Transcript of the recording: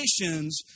nations